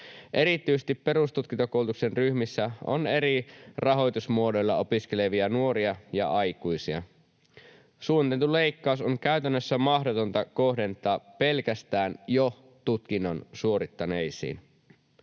Erityisesti perustutkintokoulutuksen ryhmissä on eri rahoitusmuodoilla opiskelevia nuoria ja aikuisia. Suunniteltu leikkaus on käytännössä mahdotonta kohdentaa pelkästään jo tutkinnon suorittaneisiin.